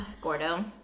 Gordo